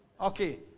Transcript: Okay